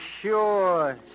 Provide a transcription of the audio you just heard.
sure